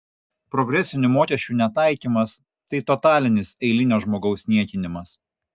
progresinių mokesčių netaikymas tai totalinis eilinio žmogaus niekinimas